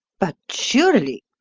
but surely,